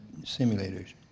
simulators